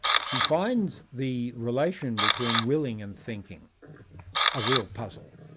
she finds the relation between willing and thinking a real puzzle,